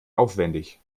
aufwendig